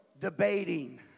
debating